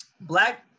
Black